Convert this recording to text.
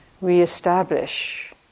re-establish